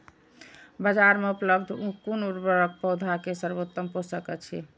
बाजार में उपलब्ध कुन उर्वरक पौधा के सर्वोत्तम पोषक अछि?